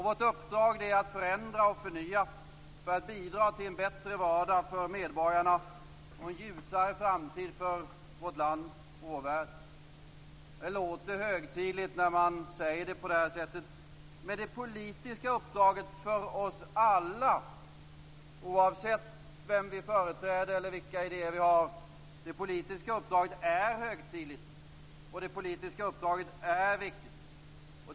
Vårt uppdrag är att förändra och förnya för att bidra till en bättre vardag för medborgarna och en ljusare framtid för vårt land och vår värld. Det låter högtidligt när man säger så på det här sättet. Men det politiska uppdraget för oss alla, oavsett vem vi företräder eller vilka idéer vi har, är högtidligt. Det politiska uppdraget är viktigt.